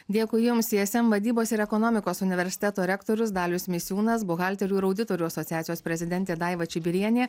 dėkui jums ism vadybos ir ekonomikos universiteto rektorius dalius misiūnas buhalterių ir auditorių asociacijos prezidentė daiva čibirienė